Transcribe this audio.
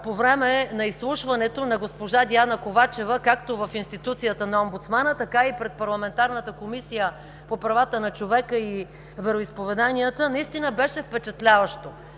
по време на изслушването на госпожа Диана Ковачева както в Институцията на омбудсмана, така и пред Парламентарната комисия по правата на човека и вероизповеданията, представянето й наистина беше впечатляващо,